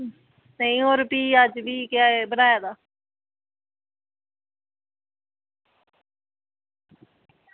ते होर भी अज्ज केह् बनाये दा